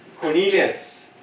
Cornelius